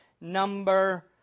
number